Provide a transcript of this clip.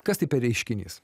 kas tai per reiškinys